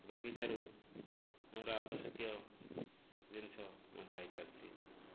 ବଗିଚାରୁ ମୋର ଆବଶ୍ୟକୀୟ ଜିନିଷ ମୁଁ ପାଇ ପାରୁଛି